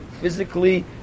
physically